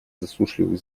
засушливых